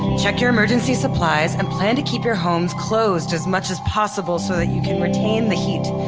check your emergency supplies, and plan to keep your homes closed as much as possible so that you can retain the heat.